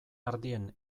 ardien